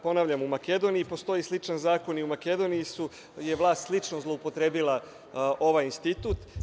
Ponavljam, u Makedoniji postoji sličan zakon i u Makedoniji je vlast slično zloupotrebila ovaj institut.